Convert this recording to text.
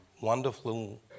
wonderful